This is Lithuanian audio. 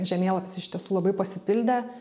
žemėlapis iš tiesų labai pasipildė